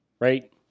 right